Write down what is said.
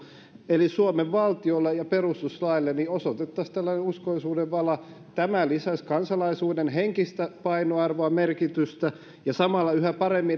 eli suomen valtiolle ja perustuslaille osoitettaisiin tällainen uskollisuuden vala tämä lisäisi kansalaisuuden henkistä painoarvoa merkitystä ja samalla yhä paremmin